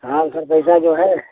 हाँ सर पैसा जो है